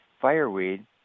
fireweed